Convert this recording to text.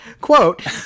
Quote